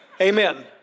Amen